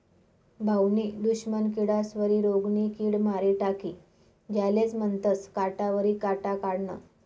भाऊनी दुश्मन किडास्वरी रोगनी किड मारी टाकी यालेज म्हनतंस काटावरी काटा काढनं